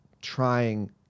trying